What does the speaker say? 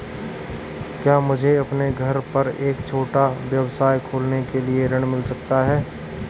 क्या मुझे अपने घर पर एक छोटा व्यवसाय खोलने के लिए ऋण मिल सकता है?